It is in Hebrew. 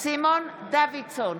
סימון דוידסון,